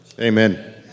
Amen